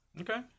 Okay